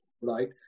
right